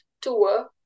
tour